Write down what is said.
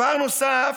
דבר נוסף,